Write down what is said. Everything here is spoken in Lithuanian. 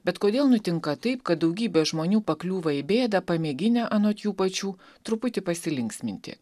bet kodėl nutinka taip kad daugybė žmonių pakliūva į bėdą pamėginę anot jų pačių truputį pasilinksminti